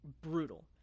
brutal